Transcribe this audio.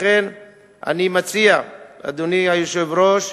לכן אני מציע, אדוני היושב-ראש,